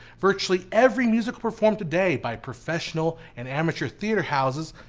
virtually every musical performed today by professional and amatuer theater houses,